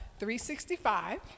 365